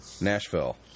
nashville